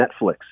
Netflix